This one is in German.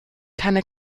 keine